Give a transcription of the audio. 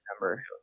number